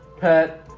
pet